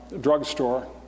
drugstore